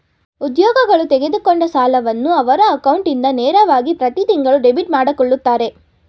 ಉದ್ಯೋಗಗಳು ತೆಗೆದುಕೊಂಡ ಸಾಲವನ್ನು ಅವರ ಅಕೌಂಟ್ ಇಂದ ನೇರವಾಗಿ ಪ್ರತಿತಿಂಗಳು ಡೆಬಿಟ್ ಮಾಡಕೊಳ್ಳುತ್ತರೆ